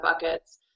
buckets